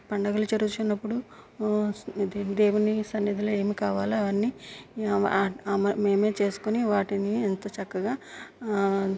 పండుగలు జరుగుచున్నపుడు దేవుని సన్నిధిలో ఏమి కావాలో అవన్నీ మేమే చేసుకోని వాటిని ఎంతో చక్కగా